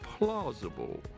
plausible